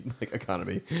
economy